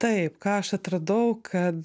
taip ką aš atradau kad